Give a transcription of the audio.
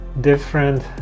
different